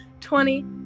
twenty